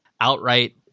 outright